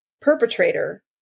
perpetrator